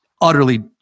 utterly